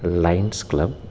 lions club